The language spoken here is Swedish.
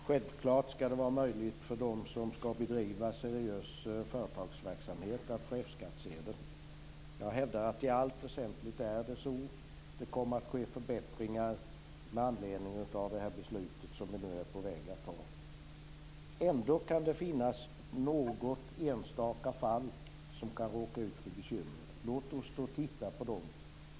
Fru talman! Självklart skall det vara möjligt för dem som skall bedriva seriös företagsverksamhet att få F-skattsedel. Jag hävdar att det i allt väsentligt är på det sättet. Det kommer att ske förbättringar med anledning av det beslut som vi är på väg att fatta. Det kan ändå finnas några enstaka personer som kan råka ut för bekymmer. Låt oss då titta på dem.